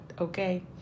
Okay